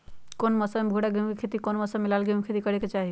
कौन मौसम में भूरा गेहूं के खेती और कौन मौसम मे लाल गेंहू के खेती करे के चाहि?